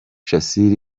shassir